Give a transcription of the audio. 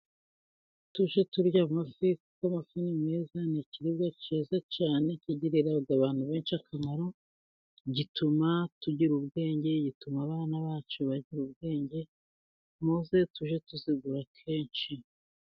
Tujye turya amafi, kuko'amafi Ni meza, ni ikiribwa cyiza cyane kigirira abantu benshi akamaro, gituma tugira ubwenge, gituma abana bacu bagira ubwenge, muze tujye tuzigura kenshi.